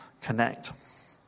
connect